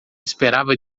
esperava